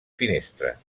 finestres